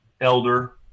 elder